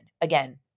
Again